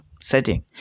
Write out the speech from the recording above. setting